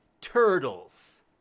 turtles